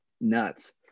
nuts